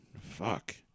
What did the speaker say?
fuck